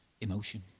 emotion